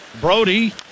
Brody